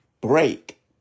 break